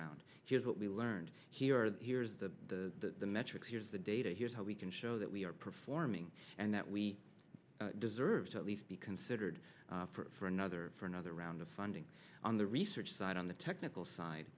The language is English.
round here's what we learned here here's the metrics here's the data here's how we can show that we are performing and that we deserve to at least be considered for another for another round of funding on the research side on the technical side